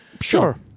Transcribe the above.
Sure